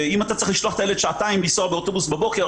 אם אתה צריך לשלוח את הילד לנסוע שעתיים באוטובוס בבוקר,